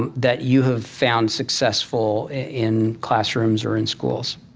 and that you have found successful in classrooms or in schools?